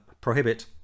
prohibit